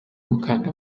gukanga